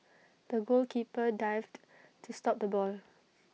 the goalkeeper dived to stop the ball